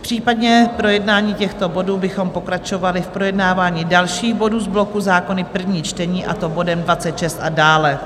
Případně po projednání těchto bodů bychom pokračovali v projednávání dalších bodů z bloku Zákony první čtení, a to bodem 26 a dále.